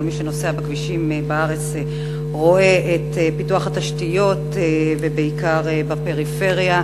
כל מי שנוסע בכבישי הארץ רואה את פיתוח התשתיות ובעיקר בפריפריה.